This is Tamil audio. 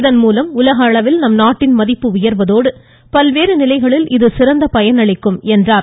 இதன்மூலம் உலக அளவில் நம் நாட்டின் மதிப்பு உயர்வதோடு பல்வேறு நிலைகளில் இது சிறந்த பயனளிக்கும் என்றார்